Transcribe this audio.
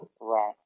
Right